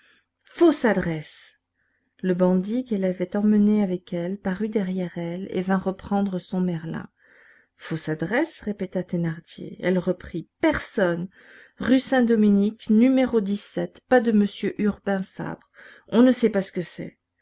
fausse adresse le bandit qu'elle avait emmené avec elle parut derrière elle et vint reprendre son merlin fausse adresse répéta thénardier elle reprit personne rue saint-dominique numéro dix-sept pas de monsieur urbain fabre on ne sait pas ce que c'est